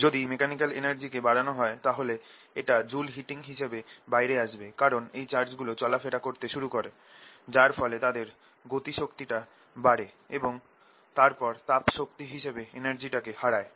যদি মেকানিকাল এনার্জিকে বাড়ানো হয় তাহলে এটা জুল হিটিং হিসেবে বাইরে আসবে কারণ এই চার্জগুলো চলা ফেরা করতে শুরু করে যার ফলে তাদের গতি শক্তি টা বাড়ে এবং তারপর তাপ শক্তি হিসেবে এনার্জিটাকে হারায়